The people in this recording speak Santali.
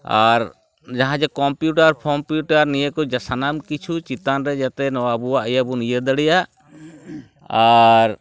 ᱟᱨ ᱡᱟᱦᱟᱸ ᱡᱮ ᱠᱚᱢᱯᱤᱭᱩᱴᱟᱨ ᱯᱷᱚᱢᱯᱤᱭᱩᱴᱟᱨ ᱱᱤᱭᱟᱹ ᱠᱚ ᱥᱟᱱᱟᱢ ᱠᱤᱪᱷᱩ ᱪᱮᱛᱟᱱ ᱨᱮ ᱡᱟᱛᱮ ᱱᱚᱶᱟ ᱟᱵᱚᱣᱟᱜ ᱤᱭᱟᱹᱵᱚᱱ ᱤᱭᱟᱹᱫᱟᱲᱮᱭᱟᱜ ᱟᱨ